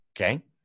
Okay